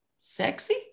sexy